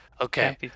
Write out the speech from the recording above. Okay